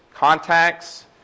contacts